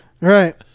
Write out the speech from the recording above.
right